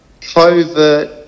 covert